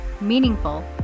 meaningful